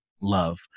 love